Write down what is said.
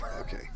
Okay